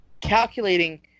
calculating